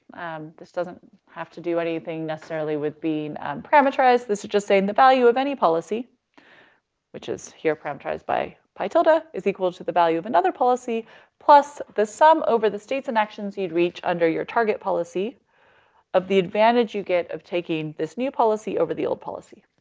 um, this doesn't have to do anything necessarily with being parameterized. this is just saying the value of any policy which is here parameterized by pi tilde ah is equal to the value of another policy plus the sum over the states and actions you'd reach under your target policy of the advantage you get of taking this new policy over the old policy.